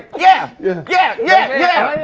yeah, yeah, yeah, yeah, yeah!